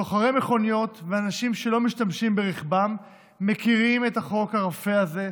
סוחרי מכוניות ואנשים שלא משתמשים ברכבם מכירים את החוק הרפה הזה,